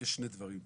יש שני דברים,